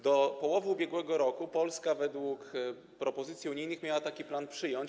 Do połowy ubiegłego roku Polska, według propozycji unijnych, miała taki plan przyjąć.